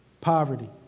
poverty